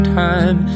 time